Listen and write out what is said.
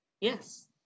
Yes